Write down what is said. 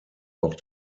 auch